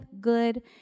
good